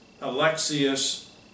Alexius